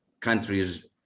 countries